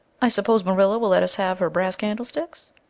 i suppose marilla will let us have her brass candlesticks?